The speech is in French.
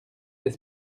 des